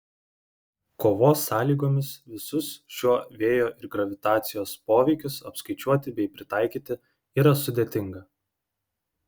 kovos sąlygomis visus šiuo vėjo ir gravitacijos poveikius apskaičiuoti bei pritaikyti yra sudėtinga